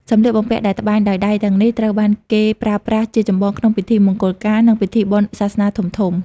សម្លៀកបំពាក់ដែលត្បាញដោយដៃទាំងនេះ ត្រូវបានគេប្រើប្រាស់ជាចម្បងក្នុងពិធីមង្គលការ និងពិធីបុណ្យសាសនាធំៗ។